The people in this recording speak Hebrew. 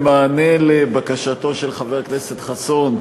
במענה לבקשתו של חבר כנסת חסון,